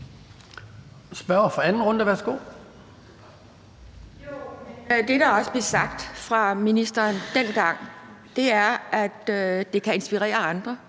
Det, der også blev sagt fra ministeren dengang, var, at det kan inspirere andre.